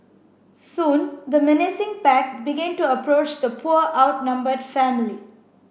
soon the menacing pack began to approach the poor outnumbered family